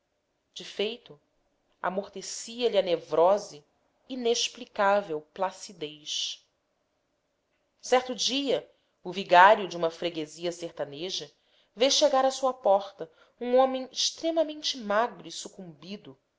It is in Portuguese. de feito amortecia lhe a nevrose inexplicável placidez certo dia o vigário de uma freguesia sertaneja vê chegar à sua porta um homem extremamente magro e sucumbido